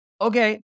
Okay